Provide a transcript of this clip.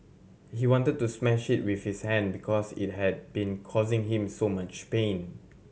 he wanted to smash it with his hand because it had been causing him so much pain